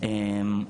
אותו,